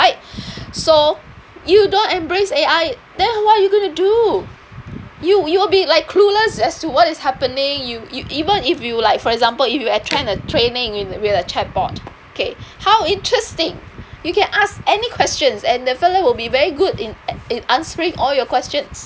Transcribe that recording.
right so you don't embrace A_I then what are you going to do you you will be like clueless as to what is happening you you even if you like for example if you attend a training you with a chatbot okay how interesting you can ask any questions and the fellow will be very good in in answering all your questions